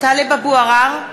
טלב אבו עראר,